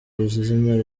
izina